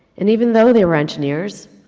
and even though they were engineers,